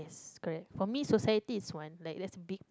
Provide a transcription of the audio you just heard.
yes correct for me society is one like that's big